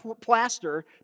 plaster